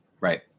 Right